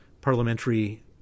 parliamentary